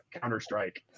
Counter-Strike